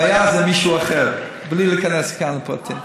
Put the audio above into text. הבעיה זה מישהו אחר, בלי להיכנס כאן לפרטים.